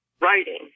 writing